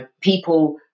people